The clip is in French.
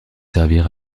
servir